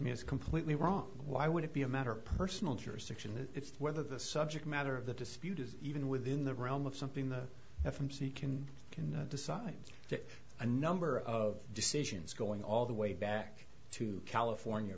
me as completely wrong why would it be a matter of personal jurisdiction if whether the subject matter of the dispute is even within the realm of something the f m c can can decide to a number of decisions going all the way back to california